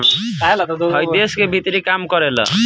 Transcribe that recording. हइ देश के भीतरे काम करेला